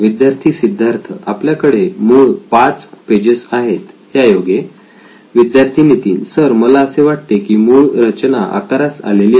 विद्यार्थी सिद्धार्थ आपल्याकडे मूळ पाच पेजेस आहेत त्यायोगे विद्यार्थी नितीन सर मला असे वाटते की मूळ रचना आकारास आलेली आहे